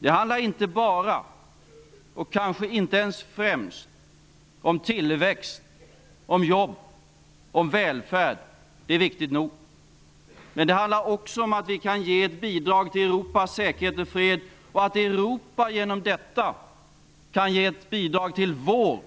Det handlar inte bara, och kanske inte ens främst, om tillväxt, om jobb och om välfärd -- men detta är viktigt nog -- utan också om att vi kan ge ett bidrag till Europas säkerhet och fred och om att Europa genom detta kan ge ett bidrag till vår